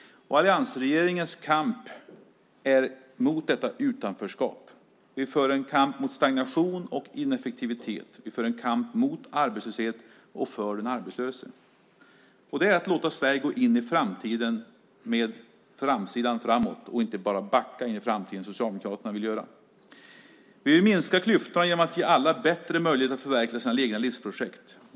Alliansregeringens politik är en kamp mot detta utanförskap. Vi för en kamp mot stagnation och ineffektivitet. Vi för en kamp mot arbetslöshet och för den arbetslöse. Vi låter Sverige gå före in i framtiden och inte backa in i framtiden som Socialdemokraterna vill göra. Vi vill minska klyftorna genom att ge alla bättre möjligheter att förverkliga sina egna livsprojekt.